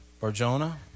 Barjona